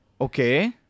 Okay